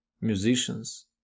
musicians